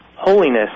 holiness